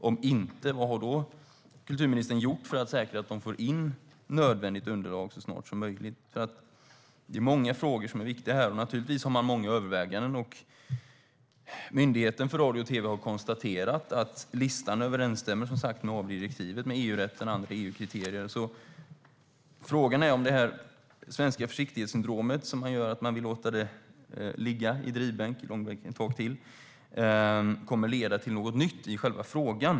Om inte, vad har då kulturministern gjort för att säkra att man får in nödvändigt underlag så snart som möjligt? Det är många frågor som är viktiga här, och naturligtvis har man många överväganden. Myndigheten för radio och tv har konstaterat att listan överensstämmer med AV-direktivet, EU-rätten och andra EU-kriterier, så frågan är om det är det svenska försiktighetssyndromet som gör att man vill låta det ligga i långbänk ett tag till. Kommer det att leda till något nytt i sakfrågan?